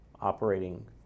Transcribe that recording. operating